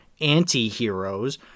anti-heroes